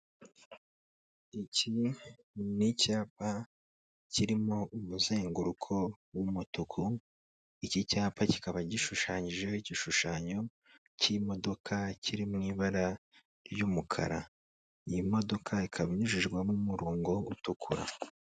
Iki ni icyapa kirimo umuzenguruko w'umutuku, iki cyapa kikaba gishushanyijeho igishushanyo cy'imodoka, kiri mu ibara ry'umukara, iyi modoka ikaba inyujijwemo umurongo utukura.